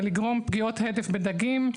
ולגרום פגיעות הדף בדגים,